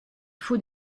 faut